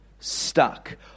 stuck